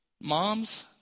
moms